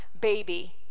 baby